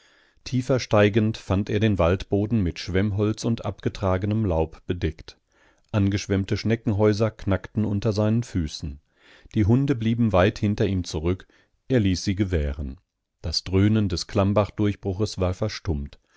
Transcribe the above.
tiefer steigend fand er den waldboden mit schwemmholz und angetragenem laub bedeckt angeschwemmte schneckenhäuser knackten unter seinen füßen die hunde blieben weit hinter ihm zurück er ließ sie gewähren das dröhnen des klammbachdurchbruches war verstummt